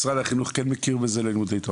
משרד החינוך כן מכיר בזה בלימודי תואר,